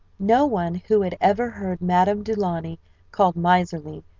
no one who had ever heard madame du launy called miserly,